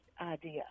idea